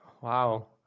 wow